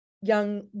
young